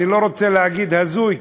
אני לא רוצה להגיד הזוי,